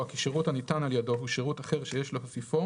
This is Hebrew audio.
כי שירות הניתן על ידו הוא שירות אחר שיש להוסיפו